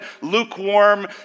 lukewarm